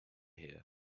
here